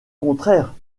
contraire